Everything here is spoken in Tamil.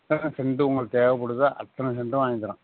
எத்தனை செண்டு உங்களுக்குத் தேவைப்படுதோ அத்தனை செண்டும் வாங்கித் தர்றேன்